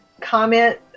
comment